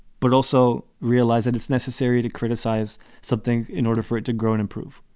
but also realize that it's necessary to criticize something in order for it to grow and improve.